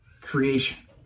creation